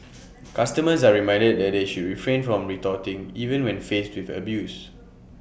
customers are reminded that they should refrain from retorting even when faced with abuse